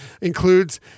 includes